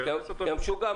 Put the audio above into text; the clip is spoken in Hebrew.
יא משוגע,